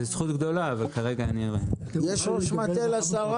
זו זכות גדולה, אבל כרגע אני -- יש ראש מטה לשרה?